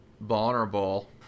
vulnerable